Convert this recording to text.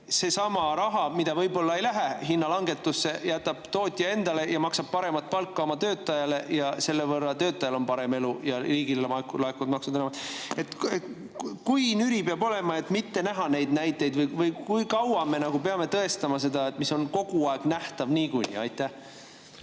sellesama raha, mida tootja võib-olla ei [kaota] hinnalangetuse tõttu, jätab ta endale ja maksab paremat palka oma töötajale. Selle võrra on töötajal parem elu ja riigile laekuvad maksud [paremini]. Kui nüri peab olema, et mitte näha neid näiteid, või kui kaua me peame tõestama seda, mis on kogu aeg nähtav niikuinii? Aitäh!